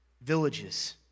villages